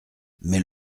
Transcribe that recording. mais